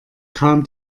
kam